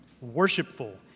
Worshipful